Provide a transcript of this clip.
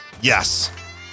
Yes